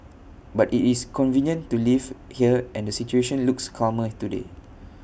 but IT is convenient to live here and the situation looks calmer today